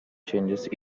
changes